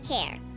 care